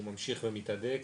והוא ממשיך ומתהדק